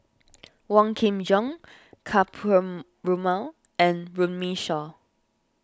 Wong Kin Jong Ka Perumal and Runme Shaw